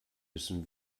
müssen